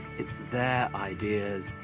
it's their ideas,